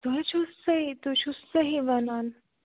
تُہی حظ چھِو تُہۍ چھُو صحیح وَنان